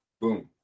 Boom